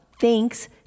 thanks